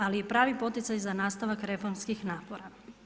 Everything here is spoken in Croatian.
Ali je i pravi poticaj za nastavak reformskih napora.